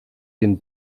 den